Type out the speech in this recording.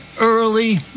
early